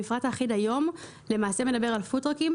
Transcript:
המפרט האחיד היום למעשה מדבר על פוד-טראקים